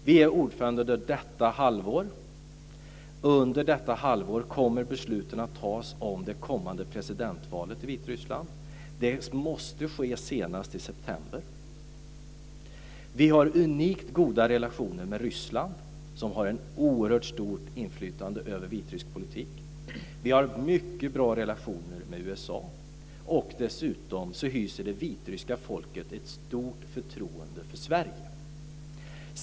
Vi är ordförande under detta halvår. Under detta halvår kommer besluten att tas om det kommande presidentvalet i Vitryssland. Det måste ske senast i september. Vi har unikt goda relationer med Ryssland, som har ett oerhört stort inflytande över vitrysk politik. Vi har mycket bra relationer med USA. Dessutom hyser det vitryska folket ett stort förtroende för Sverige.